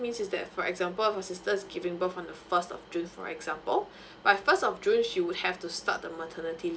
mean is that for example your sister is giving birth on the first of june for example by first of june she would have to start the maternity leave